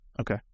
Okay